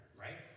right